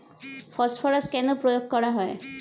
Phosphorus কেন প্রয়োগ করা হয়?